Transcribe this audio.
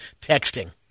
texting